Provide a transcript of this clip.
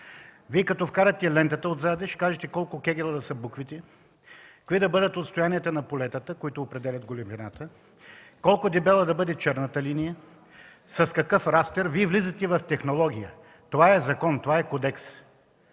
Вие като вкарате лентата отзад, ще кажете колко кегела да са буквите, какви да бъдат отстоянията на полетата, които определят големината, колко дебела да бъде черната линия, с какъв растер. Вие влизате в технология. Това е закон, това е кодекс.